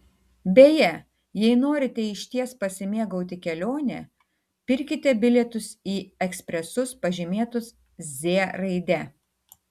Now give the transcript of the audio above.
beje jei norite išties pasimėgauti kelione pirkite bilietus į ekspresus pažymėtus z raide